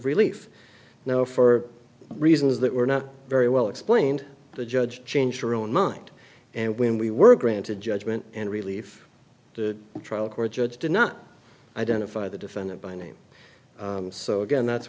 relief now for reasons that were not very well explained the judge changed their own mind and when we were granted judgment and relief the trial court judge did not identify the defendant by name so again that's